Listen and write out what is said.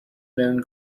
known